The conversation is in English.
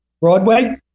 Broadway